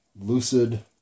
lucid